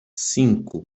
cinco